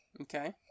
Okay